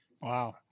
Wow